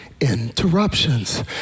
interruptions